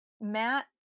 matt